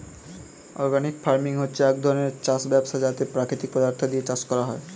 organic farming হচ্ছে এক ধরণের চাষ ব্যবস্থা যাতে প্রাকৃতিক পদার্থ দিয়ে চাষ করা হয়